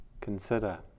consider